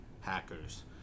hackers